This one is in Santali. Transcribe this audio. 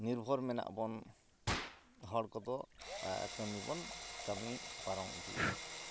ᱱᱤᱨᱵᱷᱚᱨ ᱢᱮᱱᱟᱜᱵᱚᱱ ᱦᱚᱲ ᱠᱚᱫᱚ ᱠᱟᱹᱢᱤᱵᱚᱱ ᱠᱟᱹᱢᱤ ᱯᱟᱨᱚᱢ ᱤᱫᱤᱭ ᱮᱫᱟ